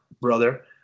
brother